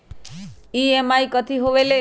EMI कथी होवेले?